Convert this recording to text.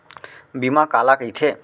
बीमा काला कइथे?